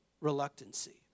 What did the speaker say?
reluctancy